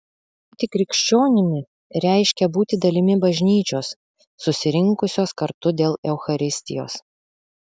būti krikščionimi reiškia būti dalimi bažnyčios susirinkusios kartu dėl eucharistijos